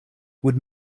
would